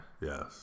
Yes